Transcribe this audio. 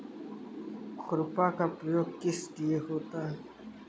खुरपा का प्रयोग किस लिए होता है?